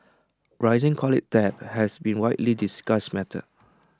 rising college debt has been A widely discussed matter